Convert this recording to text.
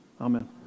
Amen